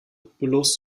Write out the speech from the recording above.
bloß